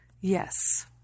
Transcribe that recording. Yes